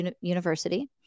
University